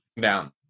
down